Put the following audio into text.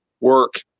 work